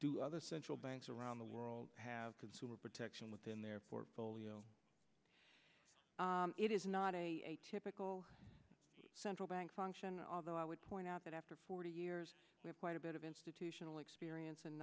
do other central banks around the world have consumer protection within their portfolio it is not a typical central bank function although i would point out that after forty years we have quite a bit of institutional experience and